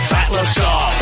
Battlestar